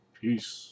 peace